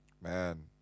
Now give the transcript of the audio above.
man